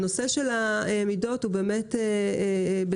הנושא של המידות הוא באמת בדמי.